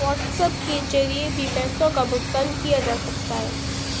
WhatsApp के जरिए भी पैसों का भुगतान किया जा सकता है